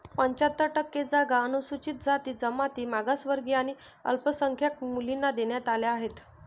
पंच्याहत्तर टक्के जागा अनुसूचित जाती, जमाती, मागासवर्गीय आणि अल्पसंख्याक मुलींना देण्यात आल्या आहेत